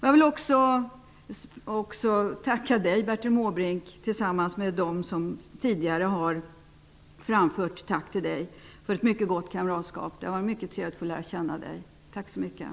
Jag vill också tacka Bertil Måbrink för ett mycket gott kamratskap. Det har varit mycket trevligt att få lära känna Bertil Måbrink.